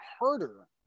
harder